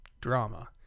drama